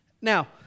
Now